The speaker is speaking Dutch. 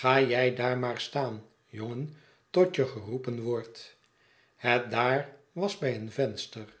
ga jij daar maar staan jongen tot je geroepen wordt het daar was bij een venster